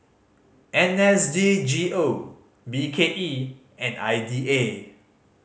N S D G O B K E and I D A